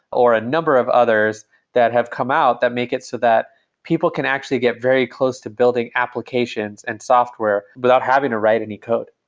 or a number of others that have come out that make it so that people can actually get very close to building applications and software without having to write any code.